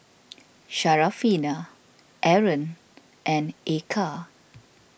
Syarafina Aaron and Eka